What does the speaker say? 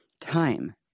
time